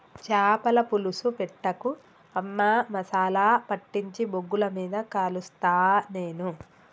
చాపల పులుసు పెట్టకు అమ్మా మసాలా పట్టించి బొగ్గుల మీద కలుస్తా నేను